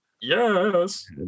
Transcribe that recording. Yes